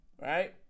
Right